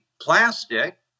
plastic